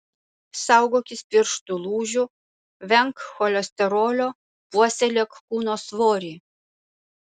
saugokis pirštų lūžių venk cholesterolio puoselėk kūno svorį